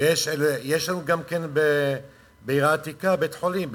ויש לנו גם בעיר העתיקה בית-חולים,